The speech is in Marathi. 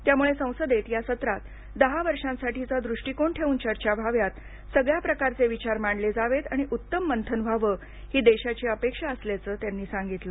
त्यामुळे संसदेत या सत्रात दहा वर्षासाठीचा दृष्टीकोन ठेवून चर्चा व्हाव्यात सगळ्या प्रकारचे विचार मांडले जावेत आणि उत्तम मंथन व्हावं ही देशाची अपेक्षा असल्याचं त्यांनी सांगितलं